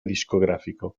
discográfico